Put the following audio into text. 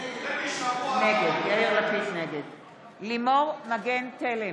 נגד לימור מגן תלם,